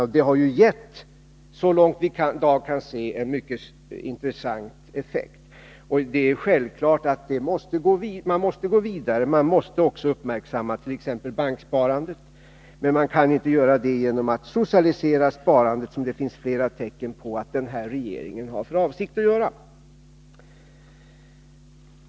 Det 23 har också gett — såvitt vi i dag kan bedöma — en mycket intressant effekt. Det är självklart att vi måste gå vidare. Vi måste också uppmärksamma t.ex. banksparandet. Men vi kan inte göra det genom att socialisera sparandet. Det finns flera tecken på att den sittande regeringen har för avsikt att gå den vägen.